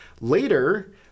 Later